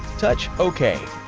touch ok.